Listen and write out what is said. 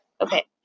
Okay